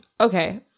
Okay